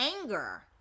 anger